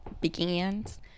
begins